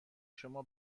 شما